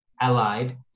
allied